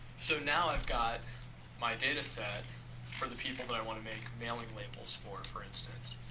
so, now i've got my data set for the people that i want to make mailing labels for, for instance.